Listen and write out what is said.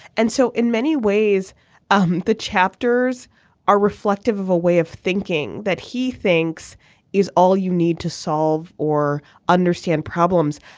and so in many ways um the chapters are reflective of a way of thinking that he thinks is all you need to solve or understand problems.